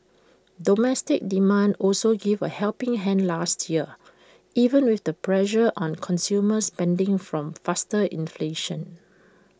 domestic demand also gave A helping hand last year even with the pressure on consumer spending from faster inflation